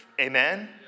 Amen